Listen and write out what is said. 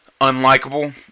unlikable